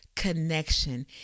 connection